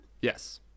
Yes